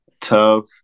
tough